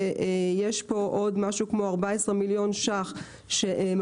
ויש פה עוד משהו כמו 14 מיליון ₪ שממתינים.